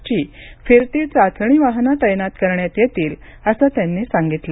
ची फिरती चाचणी वाहनं तैनात करण्यात येतील असं त्यांनी सांगितलं